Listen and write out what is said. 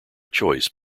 choice